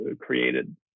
created